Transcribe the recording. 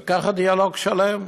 וככה, דיאלוג שלם.